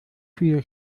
viele